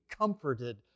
comforted